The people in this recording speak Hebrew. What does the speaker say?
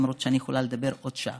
למרות שאני יכולה לדבר עוד שעה,